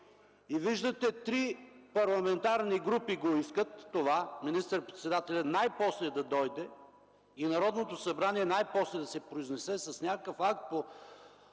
И виждате, че три парламентарни групи искат това министър-председателят най-после да дойде и Народното събрание най-после да се произнесе с някакъв акт не